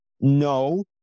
No